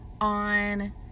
on